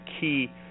key